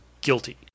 guilty